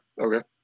Okay